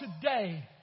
today